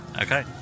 Okay